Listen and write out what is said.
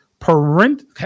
Parent